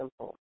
simple